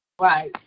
Right